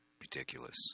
ridiculous